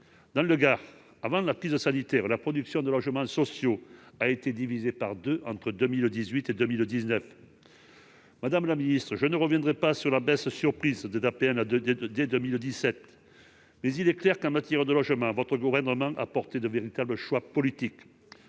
Dans le Gard, avant même la crise sanitaire, la production de logements sociaux a ainsi été divisée par deux entre 2018 et 2019. Madame la ministre, je ne reviendrai pas sur la baisse surprise des aides personnalisées au logement (APL) dès 2017, mais il est clair qu'en matière de logement votre gouvernement a fait de véritables choix politiques.